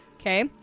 Okay